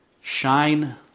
shine